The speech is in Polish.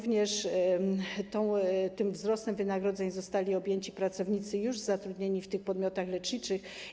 Wzrostem wynagrodzeń zostali objęci również pracownicy już zatrudnieni w tych podmiotach leczniczych.